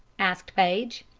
asked paige.